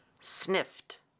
sniffed